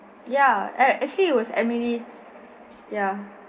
ya a~ actually it was emily ya